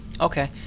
Okay